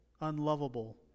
unlovable